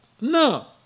No